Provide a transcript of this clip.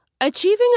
Achieving